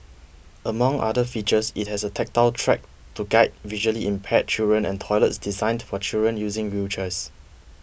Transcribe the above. among other features it has a tactile track to guide visually impaired children and toilets designed for children using wheelchairs